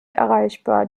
erreichbar